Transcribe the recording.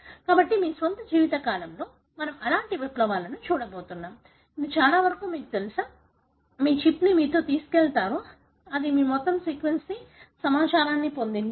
కాబట్టి మీ స్వంత జీవిత కాలంలో మనం అలాంటి విప్లవాన్ని చూడబోతున్నాం ఇది చాలావరకు మీకు తెలుసా మీ చిప్ని మీతో తీసుకెళ్తారు ఇది మీ మొత్తం సీక్వెన్స్ సమాచారాన్ని పొందింది